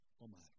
Omar